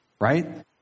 right